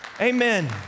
Amen